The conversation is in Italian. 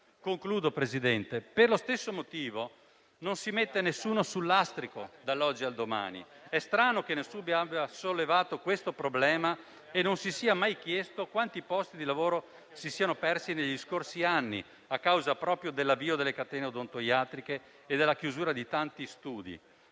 Concludo, Presidente. Per lo stesso motivo non si mette nessuno sul lastrico dall'oggi al domani; è strano che nessuno abbia sollevato il problema e che non si sia mai chiesto quanti posti di lavoro si siano persi negli scorsi anni proprio a causa dell'avvio delle catene odontoiatriche e della chiusura di tanti studi